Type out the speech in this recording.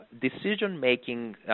decision-making